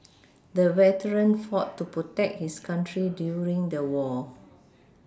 the veteran fought to protect his country during the war